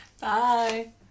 bye